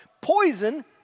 poison